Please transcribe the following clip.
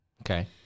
Okay